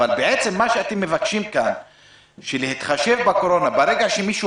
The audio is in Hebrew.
אתם מבקשים כאן להתחשב בקורונה וברגע שמישהו